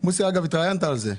מוסי, אגב, התראיינת על זה.